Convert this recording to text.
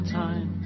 time